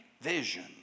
vision